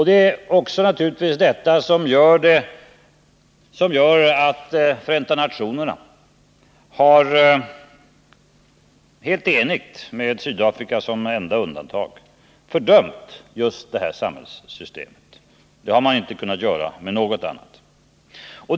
Det är också detta som gjort att Förenta nationerna helt enigt — med Sydafrika som enda undantag — har fördömt detta samhällssystem. Det har man inte kunnat göra med något annat system.